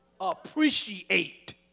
Appreciate